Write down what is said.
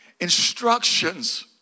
instructions